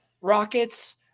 Rockets